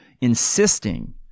insisting